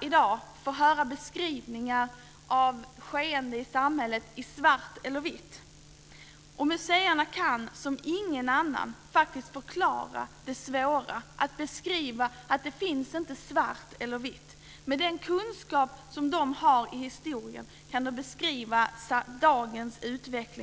i dag ofta höra beskrivningar i svart eller vitt av skeenden i samhället. Museerna kan som inga andra förklara det svåra att man inte ska se i svart eller vitt. Med den kunskap i historia som de har kan de på ett unikt sätt beskriva dagens utveckling.